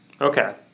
Okay